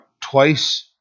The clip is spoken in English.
twice